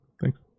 thanks